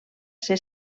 ser